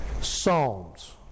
Psalms